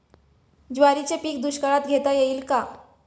ज्वारीचे पीक दुष्काळात घेता येईल का?